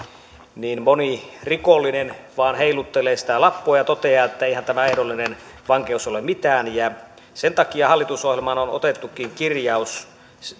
niin moni rikollinen vain heiluttelee sitä lappua ja toteaa että eihän tämä ehdollinen vankeus ole mitään sen takia hallitusohjelmaan on otettukin kirjaus